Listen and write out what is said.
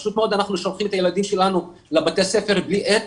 פשוט מאוד אנחנו שולחים את הילדים שלנו בלי עט